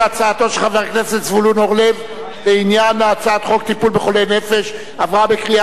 ההצעה להעביר את הצעת חוק טיפול בחולי נפש (תיקון,